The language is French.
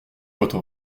votre